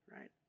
right